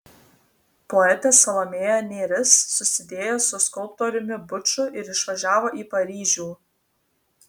poetė salomėja nėris susidėjo su skulptoriumi buču ir išvažiavo į paryžių